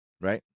right